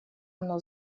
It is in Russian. оно